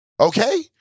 okay